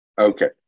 Okay